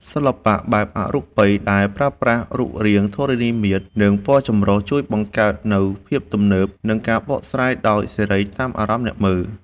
សិល្បៈបែបអរូបី ដែលប្រើប្រាស់រូបរាងធរណីមាត្រ និងពណ៌ចម្រុះ ជួយបង្កើតនូវភាពទំនើប និងការបកស្រាយដោយសេរីតាមអារម្មណ៍អ្នកមើល។